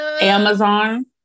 Amazon